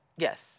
Yes